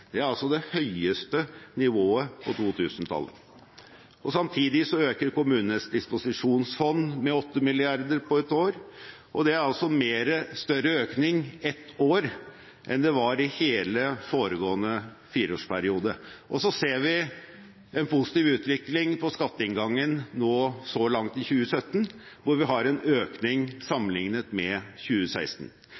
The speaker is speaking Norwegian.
Det er altså større økning på ett år enn det var i hele foregående fireårsperiode. Og så ser vi en positiv utvikling på skatteinngangen så langt i 2017, hvor vi har en økning